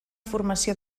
formació